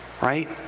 Right